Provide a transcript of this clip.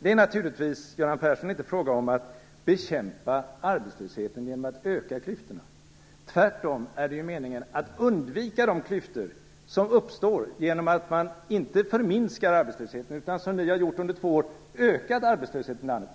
Det är naturligtvis, Göran Persson, inte fråga om att bekämpa arbetslösheten genom att öka klyftorna. Tvärtom är det meningen att undvika de klyftor som uppstår genom att man inte förminskar arbetslösheten utan som ni gjort under två år ökar den.